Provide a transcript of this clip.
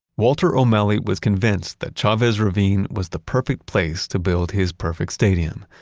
walter o'malley was convinced that chavez ravine was the perfect place to build his perfect stadium.